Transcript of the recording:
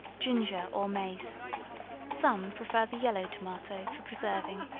ginger or mace some prefer the yellow tomato for preserving.